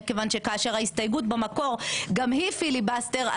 מכיוון שכאשר ההסתייגות במקור גם היא פיליבסטר,